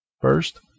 First